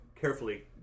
carefully